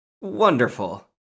Wonderful